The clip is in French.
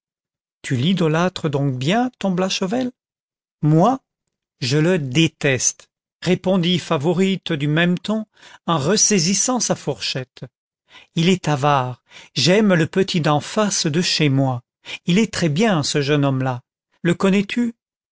tu l'idolâtres donc bien ton blachevelle moi je le déteste répondit favourite du même ton en ressaisissant sa fourchette il est avare j'aime le petit d'en face de chez moi il est très bien ce jeune homme-là le connais-tu